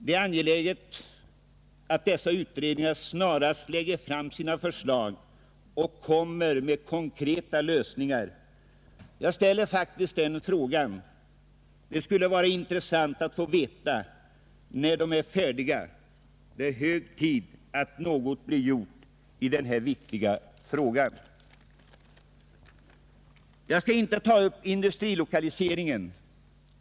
Det är angeläget att dessa utredningar snarast lägger fram sina förslag och kommer med konkreta lösningar. Det skulle vara intressant att få veta när de blir färdiga. Det är hög tid att något blir gjort i denna viktiga fråga. Jag skall inte tala om industrilokaliseringen.